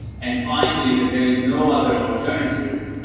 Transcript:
and finally that there is no other alternative.